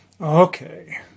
Okay